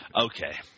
Okay